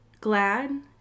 glad